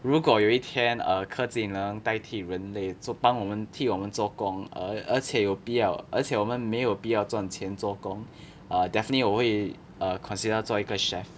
如果有一天 err 科技能代替人类做帮我们替我们做工 err 而且有必要而且我们没有必要赚钱做工 err definitely 我会 err considered 要做一个 chef